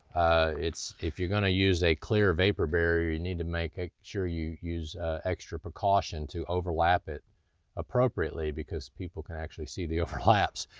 if you're gonna use a clear vapor barrier, you need to make ah sure you use extra precaution to overlap it appropriately because people can actually see the overlaps.